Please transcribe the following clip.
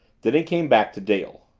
then he came back to dale.